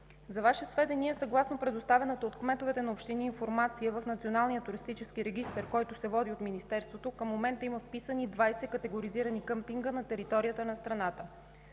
За Ваше сведение, съгласно предоставената от кметовете на общини информация в Националния туристически регистър, който се води от Министерството, към момента има вписани 20 категоризирани къмпинга на територията на страната.